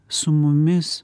su mumis